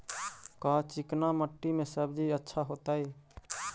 का चिकना मट्टी में सब्जी अच्छा होतै?